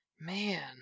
Man